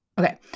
Okay